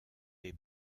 les